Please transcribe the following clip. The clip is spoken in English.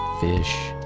fish